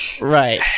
Right